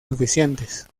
suficientes